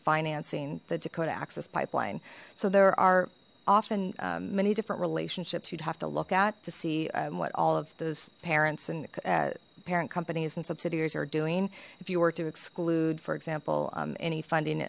financing the dakota access pipeline so there are often many different relationships you'd have to look at to see what all of those parents and parent companies and subsidiaries are doing if you were to exclude for example any funding